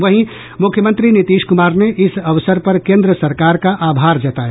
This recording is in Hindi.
वहीं मुख्यमंत्री नीतीश कुमार ने इस अवसर पर केन्द्र सरकार का आभार जताया